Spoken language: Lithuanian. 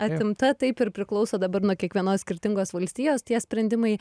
atimta taip ir priklauso dabar nuo kiekvienos skirtingos valstijos tie sprendimai